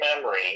memory